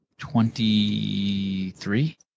Twenty-three